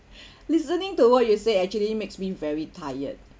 listening to what you say actually makes me very tired